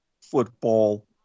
Football